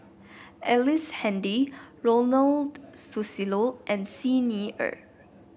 Ellice Handy Ronald Susilo and Xi Ni Er